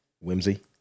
Whimsy